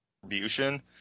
contribution